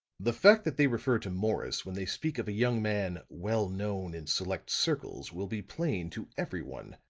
the fact that they refer to morris when they speak of a young man well known in select circles will be plain to everyone,